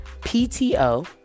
pto